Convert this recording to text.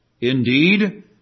Indeed